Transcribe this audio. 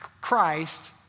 Christ